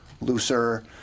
looser